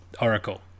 oracle